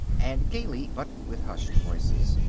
and gaily, but with hushed voices,